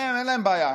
הם, אין להם בעיה.